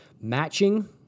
matching